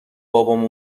بابام